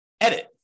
edit